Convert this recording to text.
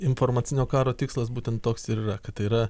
informacinio karo tikslas būtent toks ir yra kad tai yra